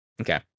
Okay